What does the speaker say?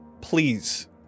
please